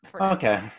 Okay